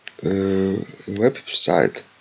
website